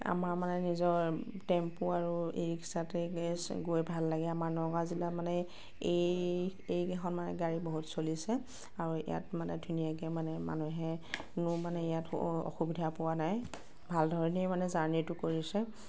আমাৰ মানে নিজৰ টেম্পু আৰু ই ৰিক্সাতে গৈ ভাল লাগে আৰু আমাৰ নগাঁও জিলাত মানে এই এইকেইখন গাড়ী বহুত চলিছে আৰু ইয়াত মানে ধুনীয়াকৈ মানে মানুহে কোনো মানে ইয়াত অসুবিধা পোৱা নাই ভাল ধৰণেই মানে জাৰ্নিটো কৰিছে